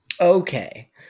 okay